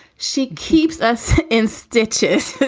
she keeps us in stitches.